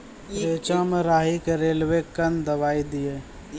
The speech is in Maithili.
रेचा मे राही के रेलवे कन दवाई दीय?